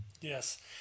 Yes